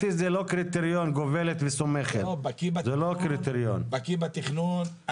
"גובלת וסומכת" זה לא קריטריון מבחינתי.